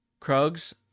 Krugs